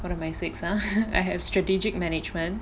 what my six ah I have strategic management